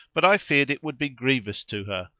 but i feared it would be grievous to her,